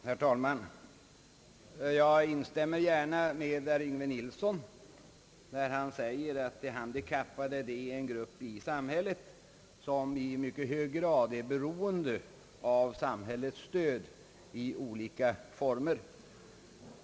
Herr talman! Jag instämmer gärna med herr Yngve Nilsson att de handikappade är en grupp som i mycket hög grad är beroende av samhällets stöd i olika former.